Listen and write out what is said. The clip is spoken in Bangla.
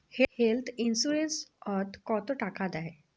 হেল্থ ইন্সুরেন্স ওত কত টাকা দেয়?